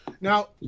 Now